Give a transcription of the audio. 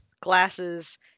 glasses